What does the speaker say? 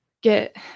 get